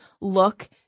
look